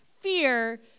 Fear